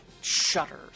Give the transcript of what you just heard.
shudders